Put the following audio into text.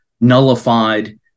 nullified